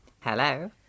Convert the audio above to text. Hello